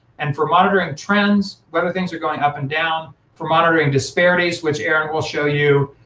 and for monitoring trends, whether things are going up and down. for monitoring disparities, which aaron will show you,